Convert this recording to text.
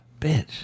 Bitch